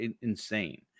insane